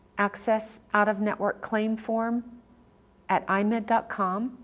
access out-of-network claim form at eyemed com,